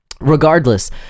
regardless